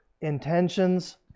intentions